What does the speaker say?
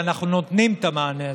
ואנחנו נותנים את המענה הזה,